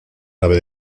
nave